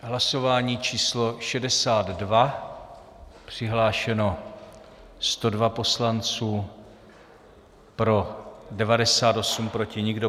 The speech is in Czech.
Hlasování číslo 62, přihlášeno 102 poslanců, pro 98, proti nikdo.